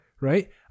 right